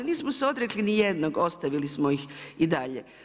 Nismo se odrekli nijednog, ostavili smo ih i dalje.